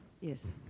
Yes